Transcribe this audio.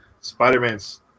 Spider-Man's